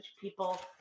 people